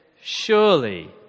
Surely